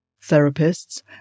therapists